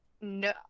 no